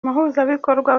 umuhuzabikorwa